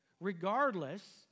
Regardless